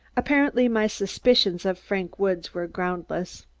apparently, my suspicions of frank woods were groundless.